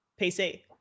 PC